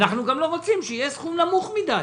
אנחנו גם לא רוצים שיהיה סכום נמוך מדי,